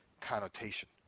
connotation